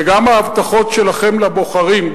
וגם ההבטחות שלכם לבוחרים,